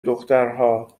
دخترها